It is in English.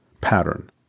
pattern